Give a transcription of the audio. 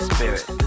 Spirit